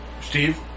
Steve